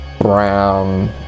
brown